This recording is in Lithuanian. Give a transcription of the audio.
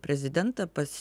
prezidentą pas